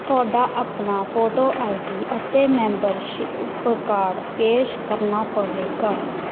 ਤੁਹਾਡਾ ਆਪਣਾ photo I D ਅਤੇ ਮੈਂਬਰਸ਼ਿਪ ਕਾਰਡ ਪੇਸ਼ ਕਰਨਾ ਪਵੇਗਾ